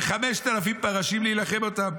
"וחמשת אלפים פרשים להילחם אותם.